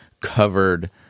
covered